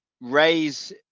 raise